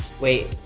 wait,